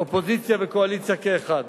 אופוזיציה וקואליציה כאחד.